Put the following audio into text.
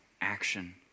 action